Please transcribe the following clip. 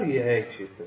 यह एक क्षेत्र है